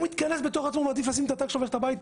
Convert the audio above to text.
הוא מתכנס בתוך עצמו ומעדיף לשים את התג שלו וללכת הביתה.